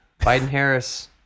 Biden-Harris